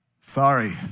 Sorry